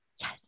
yes